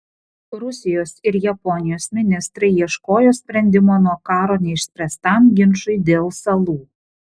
rusijos ir japonijos ministrai ieškojo sprendimo nuo karo neišspręstam ginčui dėl salų